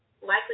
likely